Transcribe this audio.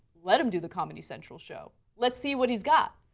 let him do the comedy central show. let's see what he's got.